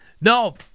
No